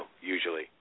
usually